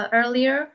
earlier